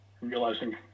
realizing